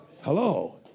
Hello